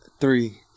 Three